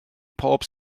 pob